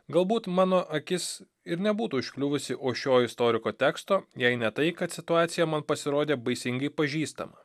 galbūt mano akis ir nebūtų užkliuvusi o šio istoriko teksto jei ne tai kad situacija man pasirodė baisingai pažįstama